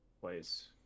place